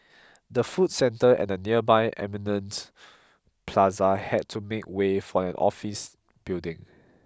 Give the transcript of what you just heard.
the food centre and the nearby Eminent Plaza had to make way for an office building